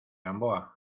gamboa